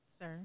Sir